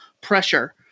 pressure